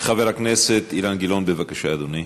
חבר הכנסת אילן גילאון, בבקשה, אדוני.